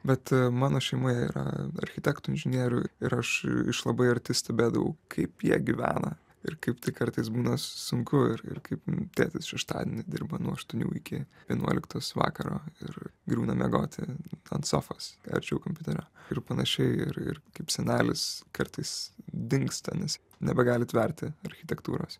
bet mano šeimoje yra architektų inžinierių ir aš iš labai arti stebėdavau kaip jie gyvena ir kaip tik kartais būna sunku ir ir kaip tėtis šeštadienį dirba nuo aštuonių iki vienuoliktos vakaro ir griūna miegoti ant sofos arčiau kompiuterio ir panašiai ir ir kaip senelis kartais dingsta nes nebegali tverti architektūros